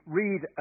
read